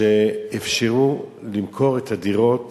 כשאפשרו למכור את הדירות